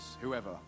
whoever